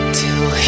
till